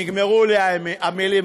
נגמרו לי המילים,